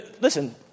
Listen